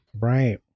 Right